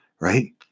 right